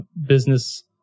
business